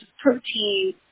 protein